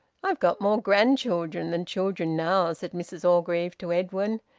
i've got more grandchildren than children now, said mrs orgreave to edwin,